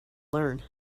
learn